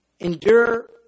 endure